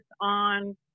on